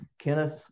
kenneth